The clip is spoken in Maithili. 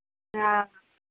हँ